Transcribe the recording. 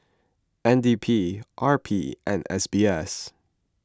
N D P R P and S B S